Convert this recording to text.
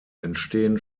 entstehen